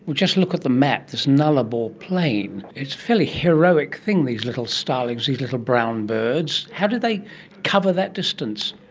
just look at the map, this nullarbor plain, it's a fairly heroic thing, these little starlings, these little brown birds. how did they cover that distance?